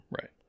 Right